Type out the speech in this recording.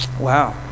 wow